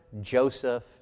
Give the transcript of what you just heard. Joseph